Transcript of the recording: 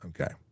Okay